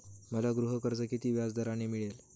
मला गृहकर्ज किती व्याजदराने मिळेल?